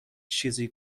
چیزی